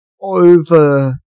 over